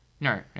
No